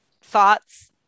thoughts